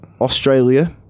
Australia